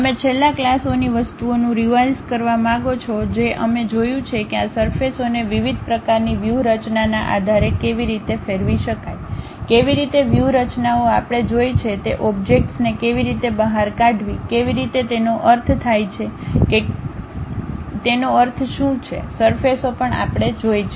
તમે છેલ્લા ક્લાસોની વસ્તુઓનું રિવાઇઝ કરવા માગો છો જે અમે જોયું છે કે આ સરફેસઓને વિવિધ પ્રકારની વ્યૂહરચનાના આધારે કેવી રીતે ફેરવી શકાય કેવી રીતે વ્યૂહરચનાઓ આપણે જોઈ છે તે ઓબ્જેક્ટ્સને કેવી રીતે બહાર કાઢવી કેવી રીતે તેનો અર્થ થાય છે કે કેવી રીતે તેનો અર્થ થાય છે તેનો અર્થ શું છે સરફેસઓ પણ આપણે જોઈ છે